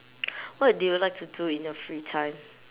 what do you like to do in your free time